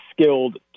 skilled